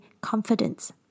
confidence